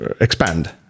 expand